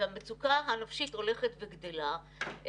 והמצוקה הנפשית הולכת וגדלה,